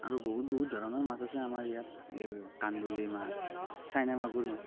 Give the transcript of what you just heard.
আৰু বহুত বহুত ধৰণৰ মাছ আছে আমাৰ ইয়াত এই কাণ্ডুলী মাছ চাইনা মাগুৰ মাছ